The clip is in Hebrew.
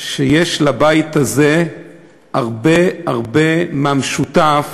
יש לבית הזה הרבה הרבה מהמשותף,